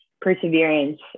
perseverance